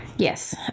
Yes